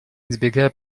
избегая